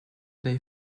they